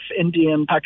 Indian